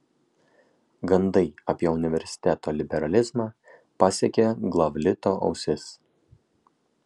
gandai apie universiteto liberalizmą pasiekė glavlito ausis